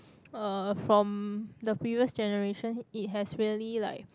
uh from the previous generation it has really like